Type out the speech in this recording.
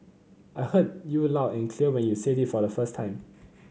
I heard you loud and clear when you said it for the first time